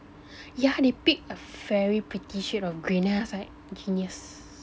yeah they picked a very pretty shade of green then I was like genius